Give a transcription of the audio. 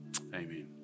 Amen